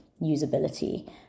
usability